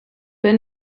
been